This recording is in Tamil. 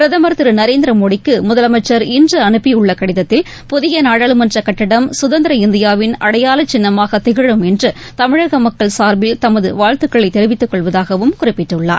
பிரதமர் திருநரேந்திரமோடிக்குமுதலமைச்சர் இன்றுஅனுப்பியுள்ளகடிதத்தில் புதியநாடாளுமன்றகட்டிடம் இந்தியாவின் அடையாளசின்னமாகதிகழும் என்றுதமிழகமக்கள் சுதந்திர சார்பில் தமதுவாழ்த்துக்களைதெரிவித்துக்கொள்வதாகவும் குறிப்பிட்டுள்ளார்